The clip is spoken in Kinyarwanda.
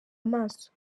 amaso